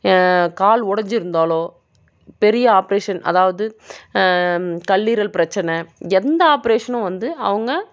கால் உடஞ்சி இருந்தாலோ பெரிய ஆப்ரேஷன் அதாவது கல்லீரல் பிரச்சின எந்த ஆப்ரேஷனும் வந்து அவங்க